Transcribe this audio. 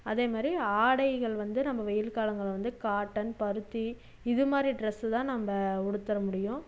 அதேமாரி ஆடைகள் வந்து நம்ம வெயில் காலங்கள் வந்து காட்டன் பருத்தி இதுமாதிரி ட்ரெஸ் தான் நம்ம உடுத்த முடியும்